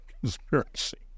conspiracy